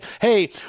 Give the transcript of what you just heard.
hey